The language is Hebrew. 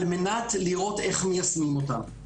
על מנת לראות איך מיישמים אותן.